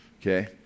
Okay